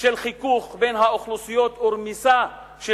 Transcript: של חיכוך בין האוכלוסיות ורמיסה של